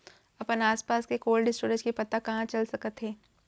अपन आसपास के कोल्ड स्टोरेज के पता कहाँ चल सकत हे?